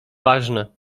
ważne